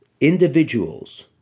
individuals